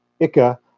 Ica